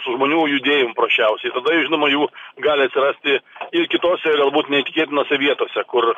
su žmonių judėjimu paprasčiausiai žinoma jų gali atsirasti ir kitose galbūt neįtikėtinose vietose kur